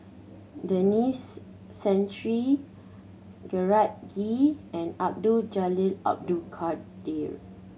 Denis Santry Gerard Ee and Abdul Jalil Abdul Kadir